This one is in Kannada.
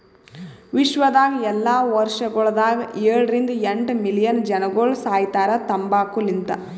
ವಿಶ್ವದಾಗ್ ಎಲ್ಲಾ ವರ್ಷಗೊಳದಾಗ ಏಳ ರಿಂದ ಎಂಟ್ ಮಿಲಿಯನ್ ಜನಗೊಳ್ ಸಾಯಿತಾರ್ ತಂಬಾಕು ಲಿಂತ್